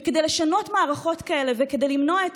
וכדי לשנות מערכות כאלה וכדי למנוע את